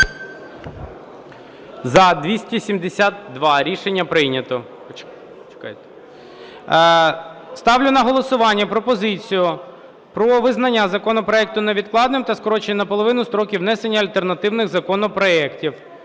За-272 Рішення прийнято. Ставлю на голосування пропозицію про визнання законопроекту невідкладним та скорочення наполовину строків внесення альтернативних законопроектів